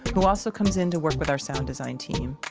who also comes in to work with our sound design team.